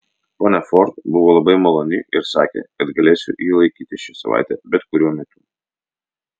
ponia ford buvo labai maloni ir sakė kad galėsiu jį laikyti šią savaitę bet kuriuo metu